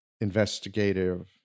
investigative